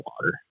water